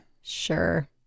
Sure